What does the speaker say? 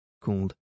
called